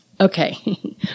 Okay